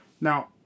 Now